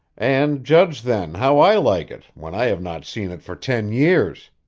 and judge, then, how i like it when i have not seen it for ten years.